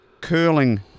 curling